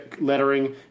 lettering